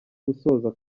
gusoza